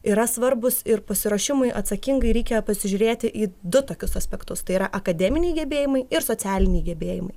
yra svarbūs ir pasiruošimui atsakingai reikia pasižiūrėti į du tokius aspektus tai yra akademiniai gebėjimai ir socialiniai gebėjimai